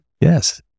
Yes